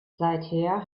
seither